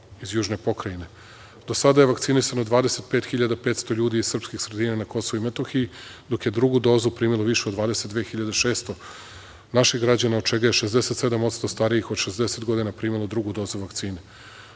iz južne pokrajine. Do sada je vakcinisano 25.500 ljudi iz srpskih sredina na Kosovu i Metohiji, dok je drugu dozu primilo više od 22.600 naših građana, od čega je 67% starijih od 60 godina primilo drugu dozu vakcine.